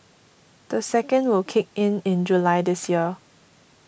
the second will kick in in July this year